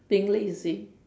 being lazy